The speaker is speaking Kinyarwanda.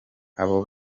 abo